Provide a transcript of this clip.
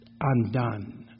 undone